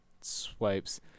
swipes